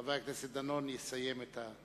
חבר הכנסת דני דנון יסיים את הדיון.